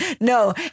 No